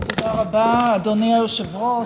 תודה רבה, אדוני היושב-ראש.